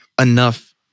enough